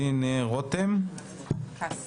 עורכת דין רותם פס,